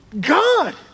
God